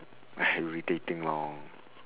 irritating lor